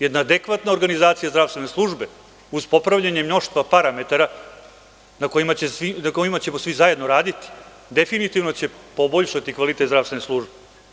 Jedna adekvatna organizacija zdravstvene službe, uz popravljanje mnoštva parametara na kojima ćemo svi zajedno raditi, definitivno će poboljšati kvalitet zdravstvene službe.